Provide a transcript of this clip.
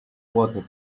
water